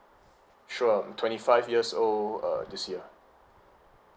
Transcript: sure I'm twenty five years old uh this year